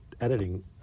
editing